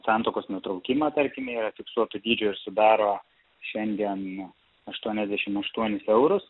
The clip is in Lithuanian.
santuokos nutraukimą tarkime yra fiksuoto dydžio ir sudaro šiandien aštuoniasdešim aštuonis eurus